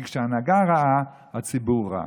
כי כשההנהגה רעה הציבור רע.